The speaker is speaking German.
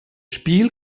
spiel